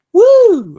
Woo